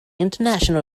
international